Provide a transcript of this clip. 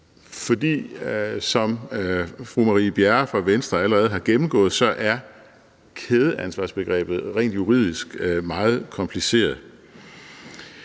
For som fru Marie Bjerre fra Venstre allerede har gennemgået, er kædeansvarsbegrebet rent juridisk meget kompliceret.